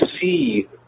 see